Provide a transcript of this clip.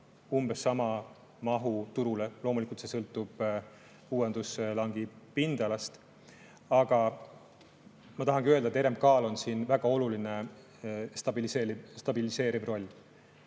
umbes sama mahu. Loomulikult sõltub see uuenduslangi pindalast. Aga ma tahangi öelda, et RMK‑l on siin väga oluline stabiliseeriv roll.